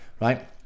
right